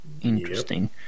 Interesting